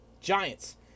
Giants